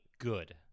good